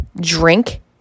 drink